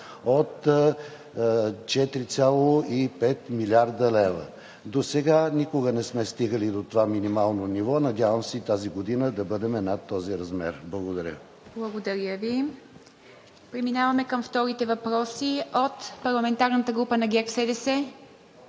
от 4,5 млрд. лв. Досега никога не сме стигали до това минимално ниво. Надявам се и тази година да бъдем над този размер. Благодаря. ПРЕДСЕДАТЕЛ ИВА МИТЕВА: Благодаря Ви. Преминаваме към вторите въпроси от парламентарната група на ГЕРБ-СДС.